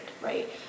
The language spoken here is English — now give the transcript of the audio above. right